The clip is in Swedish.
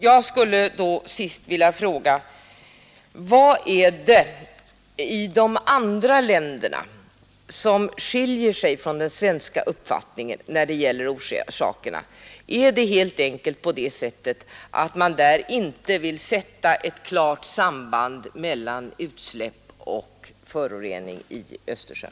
Jag skulle då till sist vilja fråga: Vad är det som skiljer de andra ländernas uppfattning från den svenska uppfattningen beträffande orsakerna? Är det helt enkelt så att man där inte vill sätta ett klart samband mellan utsläpp och förorening i Östersjön?